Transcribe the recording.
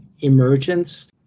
emergence